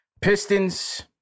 Pistons